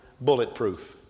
bulletproof